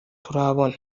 turabona